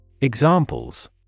Examples